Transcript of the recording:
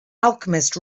alchemist